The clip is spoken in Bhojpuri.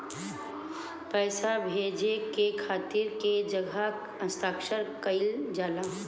पैसा भेजे के खातिर कै जगह हस्ताक्षर कैइल जाला?